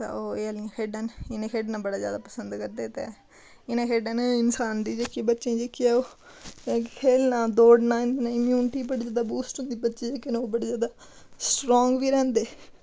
ते ओह् एह् आह्लियां खेढां इनें गी खेढनां बड़ा ज्यादा पसंद करदे ते इनें खेढां ने इंसान गी जेह्की बच्चें दी जेह्की ऐ ओह् खेलना दौड़नां नेईं इम्यूनिटी बड़ी ज्यादा बूस्ट होंदी बच्चे दी जेह्के न ओह् बड़े ज्यादा स्ट्रांग बी रैंह्दे